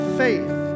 faith